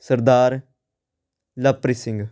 Sardar Lovepreet Singh